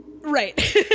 Right